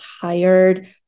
tired